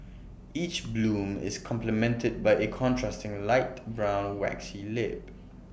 each bloom is complemented by A contrasting light brown waxy lip